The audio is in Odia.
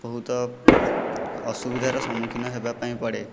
ବହୁତ ଅସୁବିଧାର ସମ୍ମୁଖୀନ ହେବା ପାଇଁ ପଡ଼େ